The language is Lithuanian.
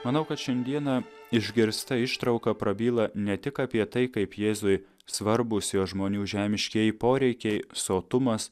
manau kad šiandieną išgirsta ištrauka prabyla ne tik apie tai kaip jėzui svarbūs jo žmonių žemiškieji poreikiai sotumas